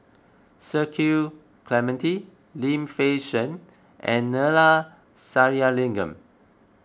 Cecil Clementi Lim Fei Shen and Neila Sathyalingam